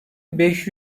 beş